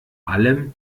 allem